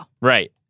Right